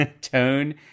tone